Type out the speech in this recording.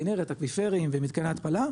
כינרת אקוויפרים ומתקני ההתפלה,